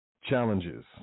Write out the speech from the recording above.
challenges